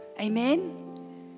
Amen